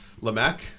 Lamech